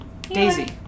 Daisy